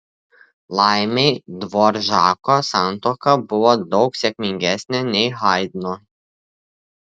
laimei dvoržako santuoka buvo daug sėkmingesnė nei haidno